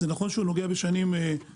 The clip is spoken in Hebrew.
זה נכון שהוא נוגע לשנים 2020-2019